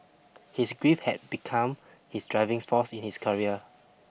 his grief had become his driving force in his career